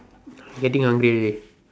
getting hungry already